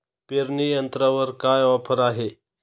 पेरणी यंत्रावर काय ऑफर आहे?